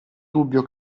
dubbio